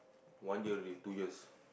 one year already two years